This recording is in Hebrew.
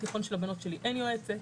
בתיכון של הבנות שלי אין יועצת.